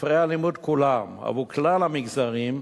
ספרי הלימוד כולם, עבור כלל המגזרים,